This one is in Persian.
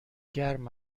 گرم